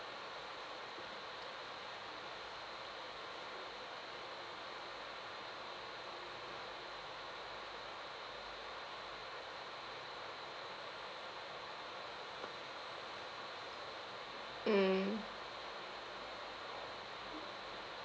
mm